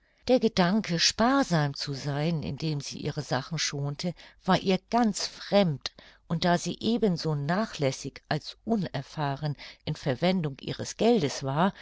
der gedanke sparsam zu sein indem sie ihre sachen schonte war ihr ganz fremd und da sie eben so nachlässig als unerfahren in verwendung ihres geldes war